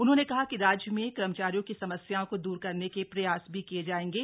उन्होंने कहा कि राज्य में कर्मचारियों की समस्याओं को दुर करने के प्रयास भी किये जाएंगे